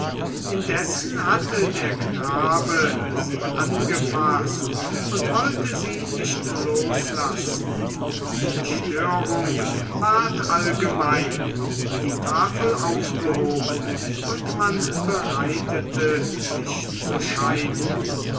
indessen hatte der knabe sie angefaßt und wollte sie nicht loslassen die störung ward allgemein die tafel aufgehoben und man bereitete sich zu scheiden